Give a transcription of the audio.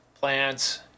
plants